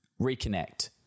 reconnect